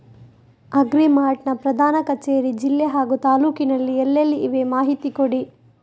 Agri mart ನ ಪ್ರಧಾನ ಕಚೇರಿ ಜಿಲ್ಲೆ ಹಾಗೂ ತಾಲೂಕಿನಲ್ಲಿ ಎಲ್ಲೆಲ್ಲಿ ಇವೆ ಮಾಹಿತಿ ಕೊಡಿ?